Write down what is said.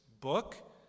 book